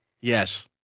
Yes